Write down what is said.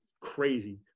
crazy